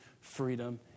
freedom